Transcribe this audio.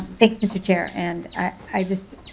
thank you mr. chair. and i just